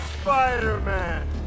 Spider-Man